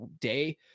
day